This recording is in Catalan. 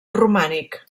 romànic